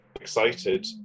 excited